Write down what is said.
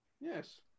Yes